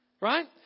Right